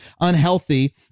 unhealthy